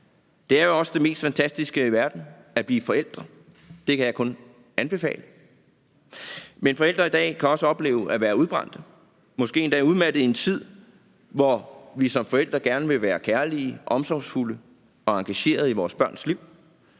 Det er jo også det mest fantastiske i verden at blive forældre. Det kan jeg kun anbefale. Men forældre i dag kan også opleve at være udbrændte, måske endda udmattede, i en tid, hvor vi som forældre gerne vil være kærlige, omsorgsfulde og engagerede i vores børns liv,